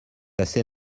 assez